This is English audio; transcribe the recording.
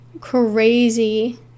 crazy